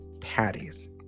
patties